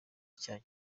icyaha